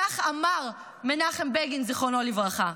כך אמר מנחם בגין, זיכרונו לברכה.